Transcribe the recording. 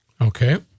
Okay